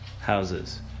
houses